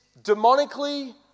demonically